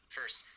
First